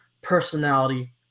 personality